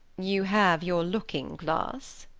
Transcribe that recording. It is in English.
you have your looking-glass.